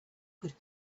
could